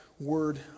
Word